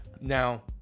Now